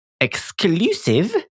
exclusive